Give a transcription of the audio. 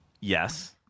Yes